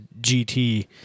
GT